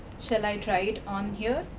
shall i try it on here?